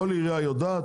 כל עירייה יודעת.